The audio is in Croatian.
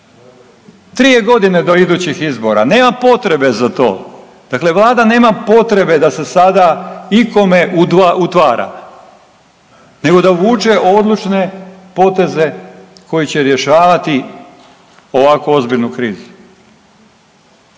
Tri je godine do idućih izbora, nema potrebe za to, dakle vlada nema potrebe da se sada ikome utvara nego da vuče odlučne poteze koji će rješavati ovako ozbiljnu krizu.